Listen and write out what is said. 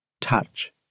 Touch